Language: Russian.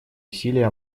усилия